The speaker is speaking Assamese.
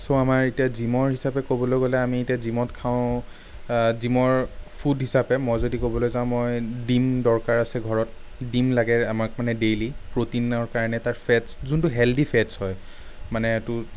চ' আমাৰ এতিয়া জিমৰ হিচাবে ক'বলৈ গ'লে আমি এতিয়া জিমত খাওঁ জিমৰ ফুড হিচাবে মই যদি ক'বলৈ যাওঁ মই ডিম দৰকাৰ আছে ঘৰত ডিম লাগে আমাক মানে ডেইলী প্ৰ'টিনৰ কাৰণে এটা ফেটছ যোনটো হেলডী ফেটছ হয় মানে তো